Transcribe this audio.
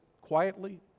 quietly